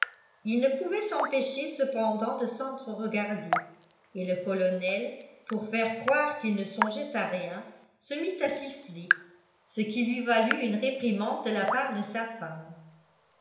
ils ne pouvaient s'empêcher cependant de sentre regarder et le colonel pour faire croire qu'il ne songeait à rien se mit à siffler ce qui lui valut une réprimande de la part de sa femme